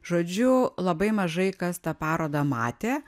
žodžiu labai mažai kas tą parodą matė